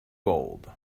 old